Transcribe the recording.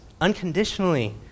unconditionally